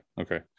okay